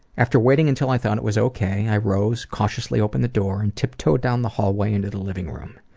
after waiting until i thought it was ok, i rose, cautiously opened the door and tiptoed down the hallway into the living room.